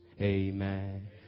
Amen